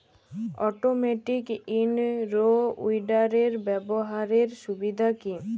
Automatic in row উইডারের ব্যবহারের সুবিধা কি?